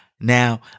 Now